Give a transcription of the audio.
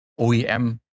OEM